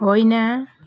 होइन